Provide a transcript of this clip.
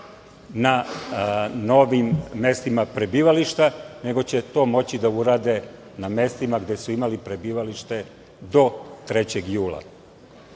na novim mestima prebivališta nego će to moći da urade na mestima gde su imali prebivalište do 3. jula